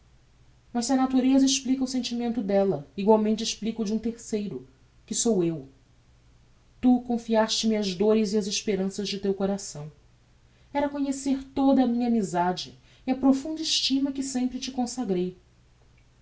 se a natureza explica o sentimento della egualmente explica o de um terceiro que sou eu tu confiaste me as dores e as esperanças de teu coração era conhecer toda a minha amisade e a profunda estima que sempre te consagrei